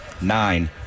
nine